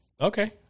Okay